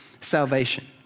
salvation